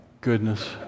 goodness